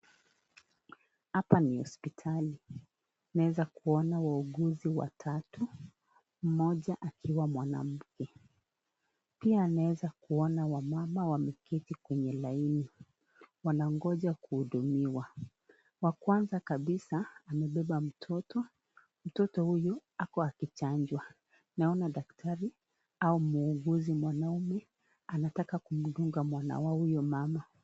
Hapa ni hospitali . Tunaweza Kuona wauguzi watatu . Mmoja akiwa mwanamke . Pia naweza Kuona wamemama wameketi kwenye laini. Wanangoja kuhudumia . Wa Kwanza kabisa amebeba mtoto . Mtoto huyu Ako akichajwa . Naona Daktari ama muuguzi mwanaume anataka kumdunga mwana Wa huyo mama.